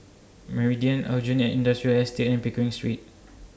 Meridian Aljunied Industrial Estate and Pickering Street